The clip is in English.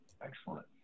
Excellent